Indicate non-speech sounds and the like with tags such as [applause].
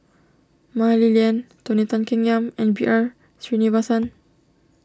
Mah Li Lian Tony Tan Keng Yam and B R Sreenivasan [noise]